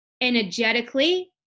Energetically